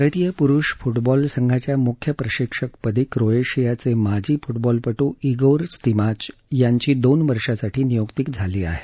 भारतीय पुरुष फुटबॉल संघाच्या मुख्य प्रशिक्षक पदी क्रोएशियाचे माजी फुटबॉलपटू इगोर स्टिमाच यांची दोन वर्षांसाठी नियुक्ती झाली आहे